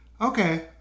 Okay